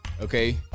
Okay